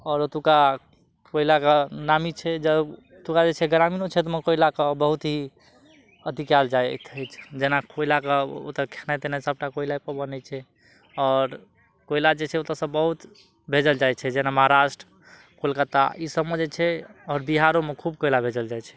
आओर ओतुका कोयलाके नामी छै जब ओतुका जे छै ग्रामीणो क्षेत्रमे कोयलाके बहुत ही अथी कयल जाइत अछि जेना कोयलाके ओतऽ खेनाइ तेनाइ सबटा कोयलाके बनै छै आओर कोयला जे छै ओतऽसँ बहुत भेजल जाइ छै जेना महाराष्ट्र कोलकत्ता ई सबमे जे छै आओर बिहारोमे खूब कोयला भेजल जाइ छै